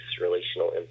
Relational